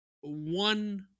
one